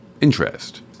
interest